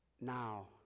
now